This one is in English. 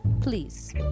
Please